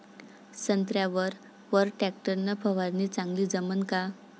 संत्र्यावर वर टॅक्टर न फवारनी चांगली जमन का?